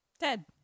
Dead